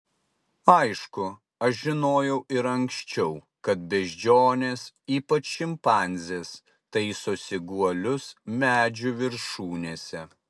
aišku aš žinojau ir anksčiau kad beždžionės ypač šimpanzės taisosi guolius medžių viršūnėse